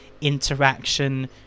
interaction